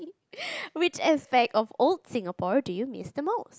which aspect of old Singapore do you miss the most